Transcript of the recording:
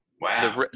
wow